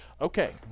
okay